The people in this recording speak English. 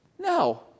no